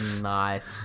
nice